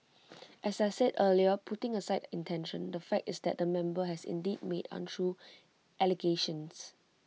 as I said earlier putting aside intention the fact is that the member has indeed made untrue allegations